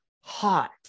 hot